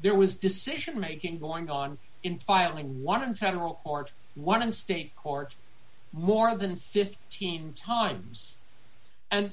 there was decision making going on in filing one in federal court one in state court more than fifteen times and